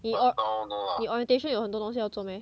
you or you orientation 有很多东西要做 meh